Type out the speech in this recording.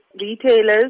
retailers